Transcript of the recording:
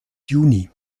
juni